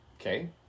Okay